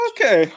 Okay